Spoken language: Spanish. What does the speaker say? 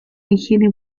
higiene